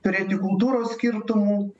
turėti kultūros skirtumų